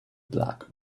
black